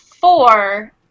four